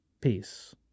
peace